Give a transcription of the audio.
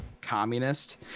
communist